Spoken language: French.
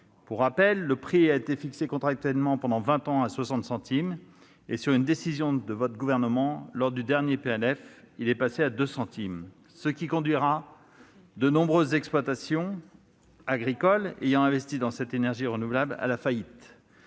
Pour rappel, le prix a été fixé contractuellement pendant vingt ans à 60 centimes, et sur une décision de votre gouvernement dans le dernier projet de loi de finances, il est passé à 2 centimes. Cette baisse conduira de nombreuses exploitations agricoles, qui ont investi dans cette énergie renouvelable, à la faillite.